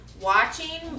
watching